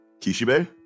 kishibe